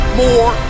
more